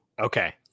Okay